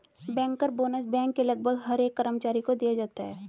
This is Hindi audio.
बैंकर बोनस बैंक के लगभग हर एक कर्मचारी को दिया जाता है